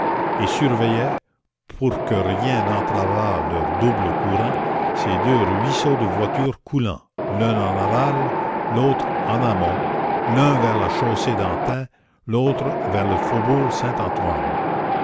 et surveillaient pour que rien n'entravât leur double courant ces deux ruisseaux de voitures coulant l'un en aval l'autre en amont l'un vers la chaussée d'antin l'autre vers le faubourg saint-antoine